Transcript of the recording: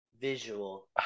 Visual